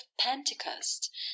pentecost